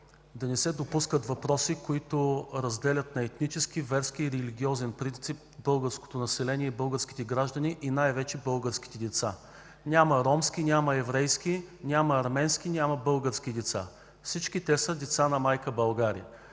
да не се допускат въпроси, които разделят на етнически, верски и религиозен принцип българското население и българските граждани, и най-вече българските деца. Няма ромски, няма еврейски, няма арменски, няма български деца – всички те са деца на майка България.